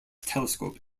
telescope